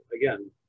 again